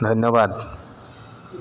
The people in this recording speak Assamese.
ধন্যবাদ